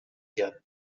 hirn